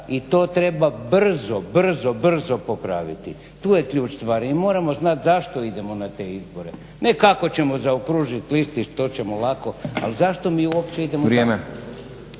i to treba brzo, brzo, popraviti, tu je ključ stvari i moramo znati zašto idemo na te izbore, ne kako ćemo zaokružiti listić, to ćemo lako ali zašto mi uopće idemo tamo.